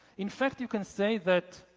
in fact you can say that